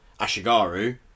Ashigaru